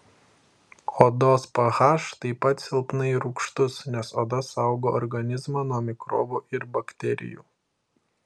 odos ph taip pat silpnai rūgštus nes oda saugo organizmą nuo mikrobų ir bakterijų